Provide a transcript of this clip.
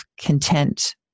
content